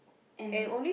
and